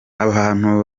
abantu